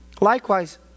Likewise